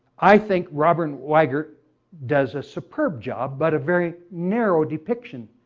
i think robin weigart does a superb job but a very narrow depiction.